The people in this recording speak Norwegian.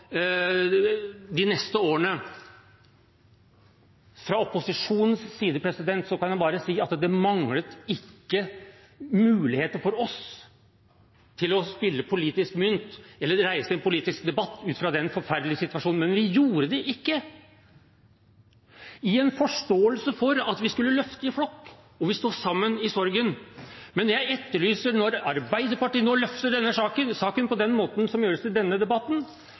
de neste årene – fra opposisjonens side kan jeg bare si at det manglet ikke på muligheter for oss til å spille politisk mynt eller reise en politisk debatt ut fra den forferdelige situasjonen, men vi gjorde det ikke, i forståelse for at vi skulle løfte i flokk og stå sammen i sorgen. Men jeg etterlyser, når Arbeiderpartiet nå løfter denne saken på den måten som gjøres i denne debatten,